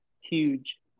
huge